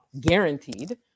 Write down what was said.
guaranteed